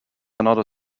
another